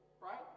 right